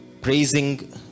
praising